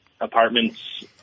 apartments